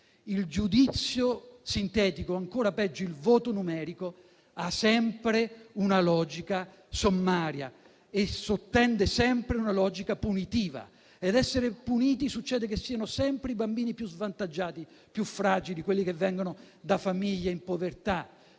Il giudizio sintetico o, ancora peggio, il voto numerico hanno sempre una logica sommaria e sottendono sempre una logica punitiva. E ad essere puniti succede che siano sempre i bambini più svantaggiati e più fragili, quelli che vengono da famiglie in povertà.